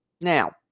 Now